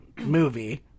movie